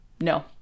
no